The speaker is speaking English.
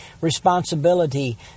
responsibility